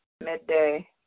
Midday